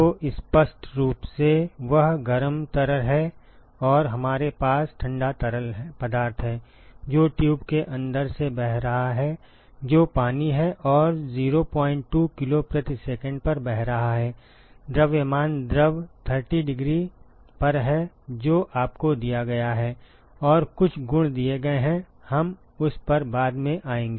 तो स्पष्ट रूप से वह गर्म तरल है और हमारे पास ठंडा तरल पदार्थ है जो ट्यूब के अंदर से बह रहा है जो पानी है और 02 किलो प्रति सेकंड पर बह रहा है द्रव्यमान द्रव 30 डिग्री पर है जो आपको दिया गया है और कुछ गुण दिए गए हैं हम उस पर बाद में आएंगे